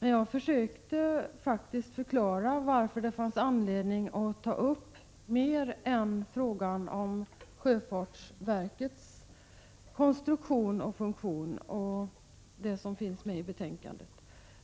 Jag försökte faktiskt förklara varför det finns anledning att ta upp mer än frågan om sjöfartsverkets konstruktion och funktion och det som finns med i betänkandet.